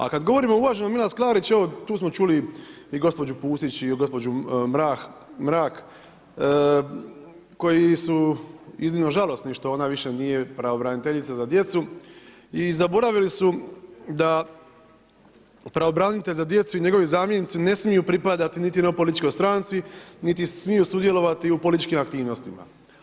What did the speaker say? A kada govorimo o uvaženoj Milas Klarić evo tu smo čuli i gospođu Pusić i gospođu Mrak koji su iznimno žalosni što ona više nije pravobraniteljica za djecu i zaboravili su da pravobranitelj za djecu i njegovi zamjenici ne smiju pripadati niti jednoj političkoj stranci, niti smiju sudjelovati u političkim aktivnostima.